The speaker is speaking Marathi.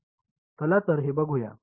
चला तर हे बघूया